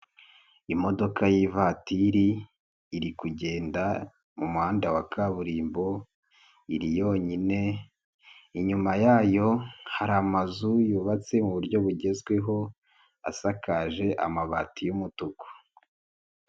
Imodoka y'ivatiri iri kugenda mu muhanda wa kaburimbo, iri yonyine inyuma yayo hari amazu yubatse mu buryo bugezweho asakaje amabati y'umutuku.